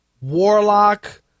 Warlock